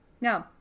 No